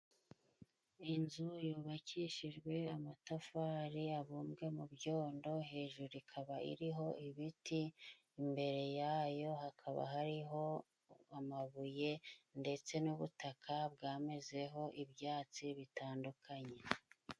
Inzu yubakishijwe amatafari abumbwe mu byondo, hejuru ikaba iriho ibiti imbere yayo hakaba hariho amabuye, ndetse n'ubutaka bwamezeho ibyatsi bitandukanye.